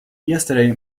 yesterday